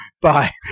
Bye